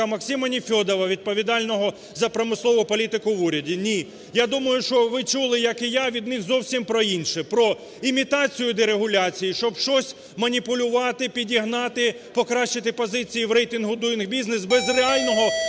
Максима Нефьодова відповідального за промислову політику в уряді? Ні. Я думаю, що ви чули, як і я, від них зовсім про інше, про імітацію дерегуляції, щоб щось маніпулювати, підігнати, покращити позиції в рейтингу Doing Business без реального